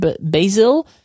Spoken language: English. Basil